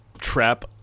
trap